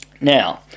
Now